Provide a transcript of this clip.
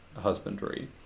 husbandry